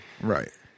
Right